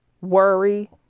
Worry